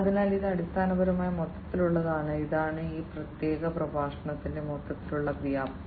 അതിനാൽ ഇത് അടിസ്ഥാനപരമായി മൊത്തത്തിലുള്ളതാണ് ഇതാണ് ഈ പ്രത്യേക പ്രഭാഷണത്തിന്റെ മൊത്തത്തിലുള്ള വ്യാപ്തി